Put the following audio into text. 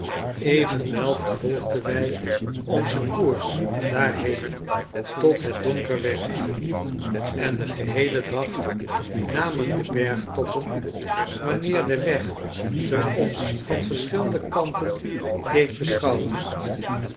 evenwel vervolgden wij onzen koers daarheen tot het donker werd en den geheelen dag namen de bergtoppen wanneer de weg ze ons van verschillende kanten deed beschoudoor